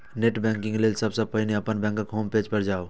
net banking लेल सबसं पहिने अपन बैंकक होम पेज पर जाउ